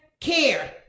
care